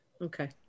okay